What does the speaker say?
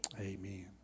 Amen